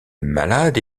malade